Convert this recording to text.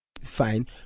fine